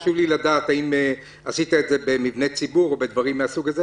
חשוב לי לדעת האם עשית את זה במבני ציבור או בדברים מן הסוג הזה.